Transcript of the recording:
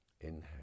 inhale